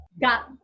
got